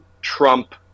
Trump